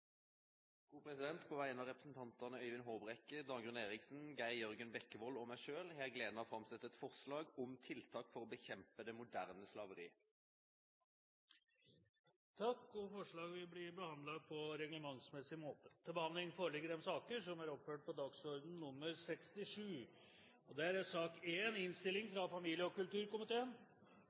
På vegne av stortingsrepresentantene Øyvind Håbrekke, Dagrun Eriksen, Geir Jørgen Bekkevold og meg selv har jeg gleden av å framsette et forslag om tiltak for å bekjempe det moderne slaveriet. Forslagene vil bli behandlet på reglementsmessig måte. Etter ønske fra familie- og kulturkomiteen vil presidenten foreslå at taletiden begrenses til 40 minutter og fordeles med inntil 5 minutter til hvert parti og